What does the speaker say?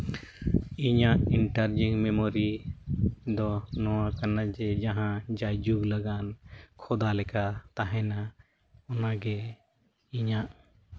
ᱤᱧᱟᱹᱜ internal memory ᱫᱚ ᱱᱚᱣᱟ ᱠᱟᱱᱟ ᱡᱮ ᱡᱟᱦᱟᱸ ᱡᱟᱭᱡᱩᱜᱽ ᱞᱟᱹᱜᱤᱫ ᱠᱷᱚᱫᱟ ᱞᱮᱠᱟ ᱛᱟᱦᱮᱱᱟ ᱚᱱᱟᱜᱮ ᱤᱧᱟᱹᱜ